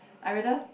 I rather